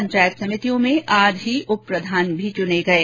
पंचायत समितियों में आज ही उप प्रधान भी चुने गये